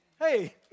Hey